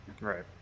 Right